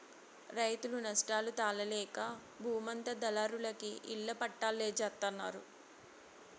రైతులు నష్టాలు తాళలేక బూమంతా దళారులకి ఇళ్ళ పట్టాల్జేత్తన్నారు